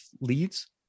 leads